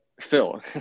Phil